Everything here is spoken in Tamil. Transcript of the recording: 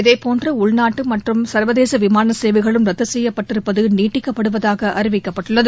இதேபோன்று உள்நாட்டு மற்றும் சா்வதேச விமாள சேவைகளும் ரத்து செய்யப்பட்டிருப்பது நீட்டிக்கப்படுவதாக அறிவிக்கப்பட்டுள்ளது